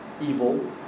evil